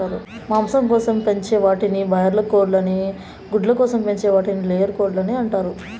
మాంసం కోసం పెంచే వాటిని బాయిలార్ కోళ్ళు అని గుడ్ల కోసం పెంచే వాటిని లేయర్ కోళ్ళు అంటారు